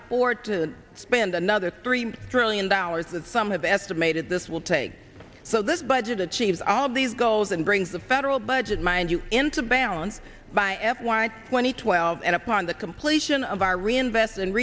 afford to spend another three trillion dollars that some have estimated this will take so this budget achieves all these goals and brings the federal budget mind you into balance by f y twenty twelve and upon the completion of our reinvest and